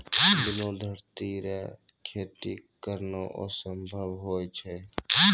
बिना धरती रो खेती करना संभव नै छै